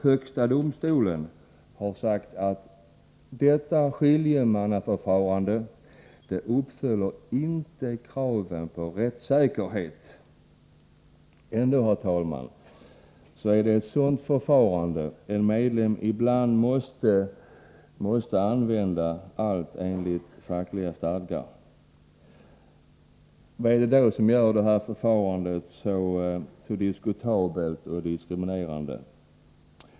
Högsta domstolen har nämligen sagt att skiljemannaförfarandet inte uppfyller kravet på rättssäkerhet. Ändå är det, herr talman, ett sådant förfarande en medlem ibland måste använda, allt enligt fackliga stadgar. Varför är då detta skiljemannaförfarande så diskutabelt och diskriminerande?